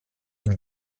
ihn